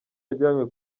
yajyanywe